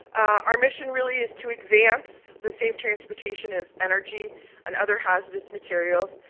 our mission really is to advance the safe transportation of energy and other hazardous materials,